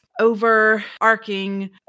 overarching